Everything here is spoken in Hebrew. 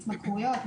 התמכרויות,